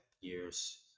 years